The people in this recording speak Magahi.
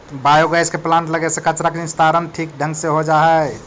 बायोगैस के प्लांट लगे से कचरा के निस्तारण ठीक ढंग से हो जा हई